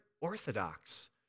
orthodox